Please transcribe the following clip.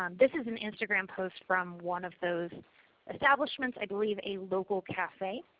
um this is an instagram post from one of those establishments, i believe a local cafe.